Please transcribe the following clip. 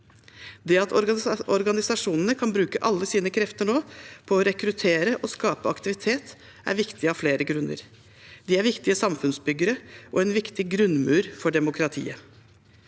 Det at organisasjonene kan bruke alle sine krefter nå på å rekruttere og skape aktivitet, er viktig av flere grunner. De er viktige samfunnsbyggere og en viktig grunnmur for demokratiet.